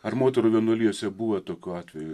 ar moterų vienuolijose buvę tokių atvejų